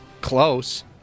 close